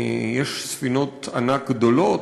יש ספינות ענק גדולות,